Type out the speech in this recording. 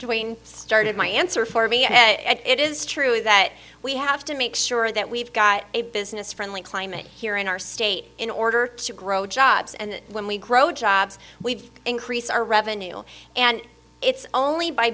joining started my answer for me and it is true that we have to make sure that we've got a business friendly climate here in our state in order to grow jobs and when we grow jobs we've increased our revenue and it's only by